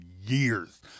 years